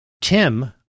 tim